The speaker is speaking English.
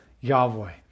Yahweh